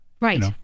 Right